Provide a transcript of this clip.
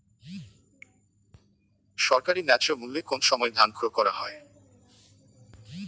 সরকারি ন্যায্য মূল্যে কোন সময় ধান ক্রয় করা হয়?